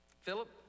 Philip